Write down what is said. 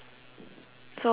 so what we ask